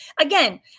again